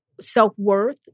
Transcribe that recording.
self-worth